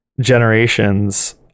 generations